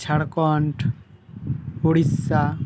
Jharkhand Odisha